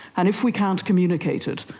and if we can't communicate it,